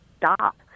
stop